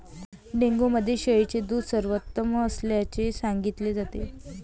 dengue मध्ये शेळीचे दूध सर्वोत्तम असल्याचे सांगितले जाते